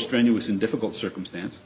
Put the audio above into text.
strenuous and difficult circumstance